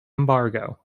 embargo